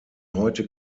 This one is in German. heute